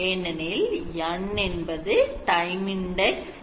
ஏனெனில் n என்பது time index ஆகும்